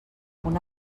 una